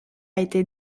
été